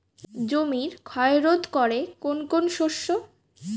জমির ক্ষয় রোধ করে কোন কোন শস্য?